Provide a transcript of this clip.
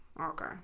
okay